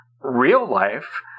real-life